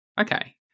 Okay